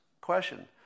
question